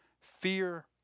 Fear